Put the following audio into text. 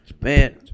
Man